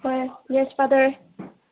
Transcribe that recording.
ꯍꯣꯏ yes father